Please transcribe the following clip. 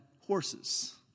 horses